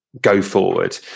go-forward